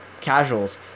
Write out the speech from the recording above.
casuals